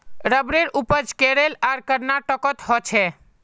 रबरेर उपज केरल आर कर्नाटकोत होछे